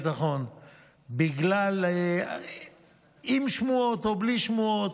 עם שמועות או בלי שמועות,